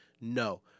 No